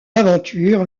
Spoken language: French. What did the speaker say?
aventure